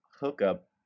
hookup